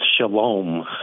Shalom